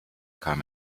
kam